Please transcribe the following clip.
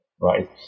right